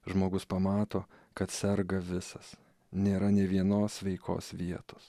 žmogus pamato kad serga visas nėra nė vienos sveikos vietos